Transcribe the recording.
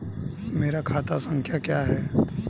मेरा खाता संख्या क्या है?